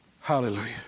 Hallelujah